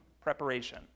preparation